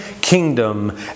kingdom